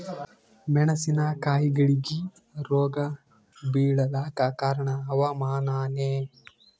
ಮೆಣಸಿನ ಕಾಯಿಗಳಿಗಿ ರೋಗ ಬಿಳಲಾಕ ಕಾರಣ ಹವಾಮಾನನೇ?